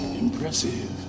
Impressive